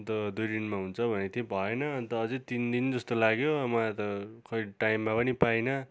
अन्त दुई दिनमा हुन्छ भनेको थियो भएन अन्त अझै तिन दिन जस्तो लाग्यो मलाई त खै टाइममा पनि पाइनँ